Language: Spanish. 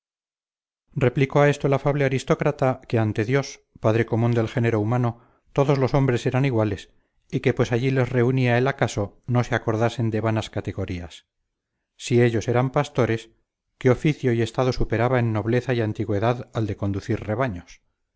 replicó a esto el afable aristócrata que ante dios padre común del género humano todos los hombres eran iguales y que pues allí les reunía el acaso no se acordasen de vanas categorías si ellos eran pastores qué oficio y estado superaba en nobleza y antigüedad al de conducir rebaños